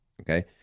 okay